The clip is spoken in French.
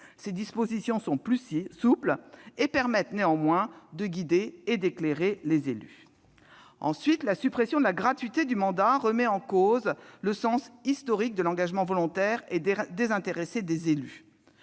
Ces dispositions, plus souples, permettent néanmoins de guider et d'éclairer les élus. Ensuite, la suppression de la gratuité du mandat remet en cause le sens historique de l'engagement volontaire et désintéressé des élus.